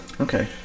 Okay